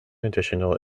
additional